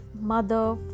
mother